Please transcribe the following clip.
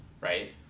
right